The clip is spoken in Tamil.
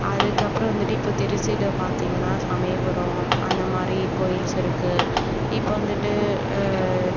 அதுக்கு அப்பறம் வந்துட்டு இப்போ திருச்சியில் பார்த்திங்கினா சமயபுரம் அந்தமாதிரி கோயில்ஸ் இருக்குது இப்போ வந்துட்டு